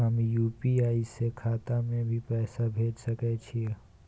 हम यु.पी.आई से खाता में भी पैसा भेज सके छियै?